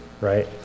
right